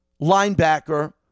linebacker